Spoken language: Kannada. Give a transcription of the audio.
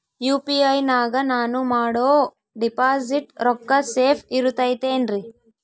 ಯು.ಪಿ.ಐ ನಾಗ ನಾನು ಮಾಡೋ ಡಿಪಾಸಿಟ್ ರೊಕ್ಕ ಸೇಫ್ ಇರುತೈತೇನ್ರಿ?